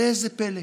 ראה איזה פלא,